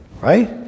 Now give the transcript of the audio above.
right